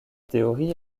théorie